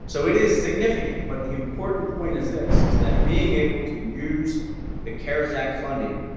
so it is significant, but the important point is this, is that being able to use the cares act funding